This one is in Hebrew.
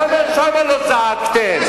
למה שמה לא זעקתם?